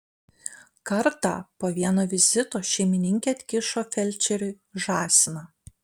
kartą po vieno vizito šeimininkė atkišo felčeriui žąsiną